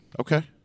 Okay